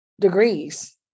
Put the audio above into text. degrees